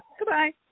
Goodbye